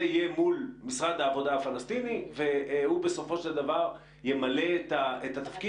יהיה מול משרד העבודה הפלסטיני והוא בסופו של דבר ימלא את התפקיד